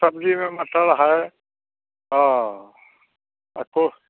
सब्ज़ी में मसाला है हाँ तो